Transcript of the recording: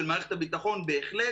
של מערכת הביטחון בהחלט,